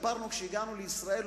והשתפרנו כשהגענו לישראל,